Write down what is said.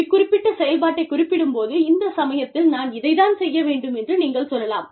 இக்குறிப்பிட்ட செயல்பாட்டைக் குறிப்பிடும் போது இந்த சமயத்தில் நான் இதைத் தான் செய்ய வேண்டும் என்று நீங்கள் சொல்லலாம்